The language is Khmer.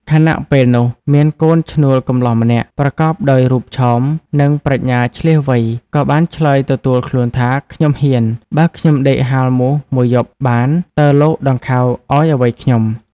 ខណៈពេលនោះ មានកូនឈ្នួលកំលោះម្នាក់ ប្រកបដោយរូបឆោម និងប្រាជ្ញាឈ្លាសវៃ ក៏បានឆ្លើយទទួលខ្លួនថា "ខ្ញុំហ៊ាន" បើខ្ញុំដេកហាលមូស ១ យប់បាន តើលោក ដង្ខៅឲ្យអ្វីខ្ញុំ។